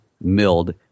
milled